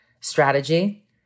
strategy